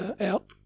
out